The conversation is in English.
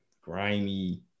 grimy